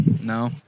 no